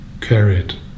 carried